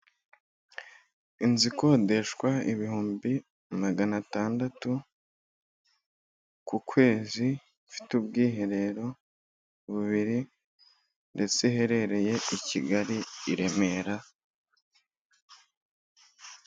Inzu ikodeshwa ibihumbi magana atandatu ku kwezi ifite ubwiherero bubiri ndetse iherereye i Kigali i Remera.